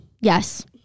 yes